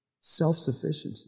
Self-sufficiency